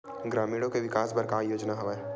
ग्रामीणों के विकास बर का योजना हवय?